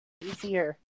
easier